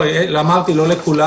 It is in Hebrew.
אמרתי: לא לכולם.